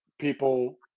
people